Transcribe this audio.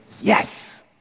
yes